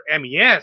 mes